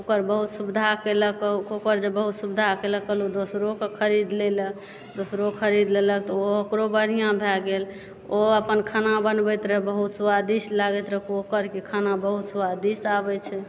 cooker बहुत सुविधा केलक है कूकर जे बहुत सुविधा केलक है कहलहुँ दोसरोके खरीद लेलै दोसरो खरीद लेलक ओकरो बढ़िऑं भय गेल ओहो अपन खाना बनबैत रहय बहुत स्वादिष्ट लागैत रहै कूकर के खाना बहुत स्वादिष्ट आबै छै